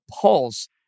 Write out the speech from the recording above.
Pulse